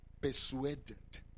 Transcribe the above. Persuaded